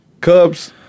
Cubs